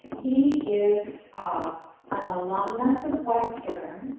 he is ah an alumnus of western,